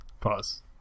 Pause